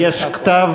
יש כתב